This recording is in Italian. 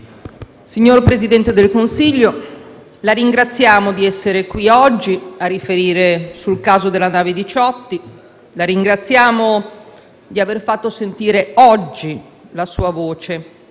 Signor Presidente del Consiglio, la ringraziamo di essere qui oggi a riferire sul caso della nave Diciotti. La ringraziamo di avere fatto sentire oggi la sua voce,